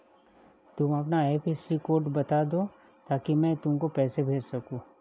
तुम अपना IFSC code बता दो ताकि मैं तुमको पैसे भेज सकूँ